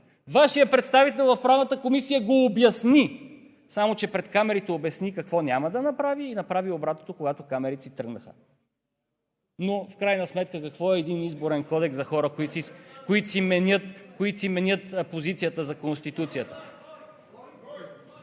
Вашият представител в Правната комисия го обясни, само че пред камерите обясни какво няма да направи и направи обратното, когато камерите си тръгнаха. Но в крайна сметка какво е един Изборен кодекс за хора, които си менят позицията за Конституцията?